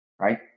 right